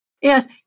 Yes